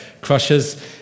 crushes